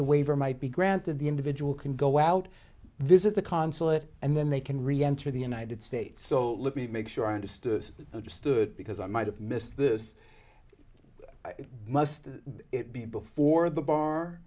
the waiver might be granted the individual can go out visit the consulate and then they can re enter the united states so let me make sure i understood understood because i might have missed this it must it be before the bar